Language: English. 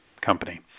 company